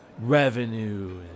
revenue